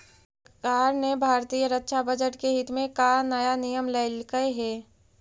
सरकार ने भारतीय रक्षा बजट के हित में का नया नियम लइलकइ हे